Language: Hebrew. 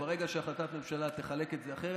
ברגע שהחלטת ממשלה תחלק את זה אחרת,